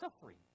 suffering